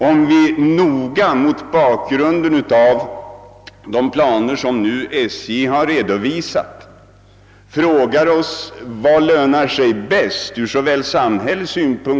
Det gäller nu statsbidrag för att hålla tågförbindelserna kvar eller att på annat sätt försöka lösa de återstående trafikproblemen.